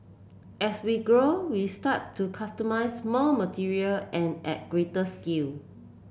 as we grow we started to customise more material and at greater scale